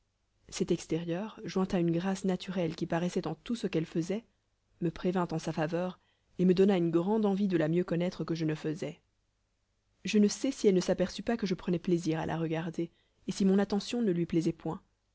cet extérieur joint à une grâce naturelle qui paraissait en tout ce qu'elle faisait me prévint en sa faveur et me donna une grande envie de la mieux connaître que je ne faisais je ne sais si elle ne s'aperçut pas que je prenais plaisir à la regarder et si mon attention ne lui plaisait point